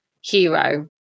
hero